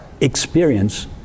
Experience